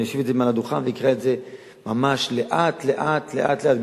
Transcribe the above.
אני אשיב את זה מעל הדוכן ואקרא את זה ממש לאט לאט לאט לאט,